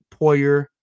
poyer